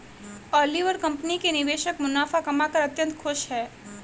Oliver company के निवेशक मुनाफा कमाकर अत्यंत खुश हैं